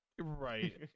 right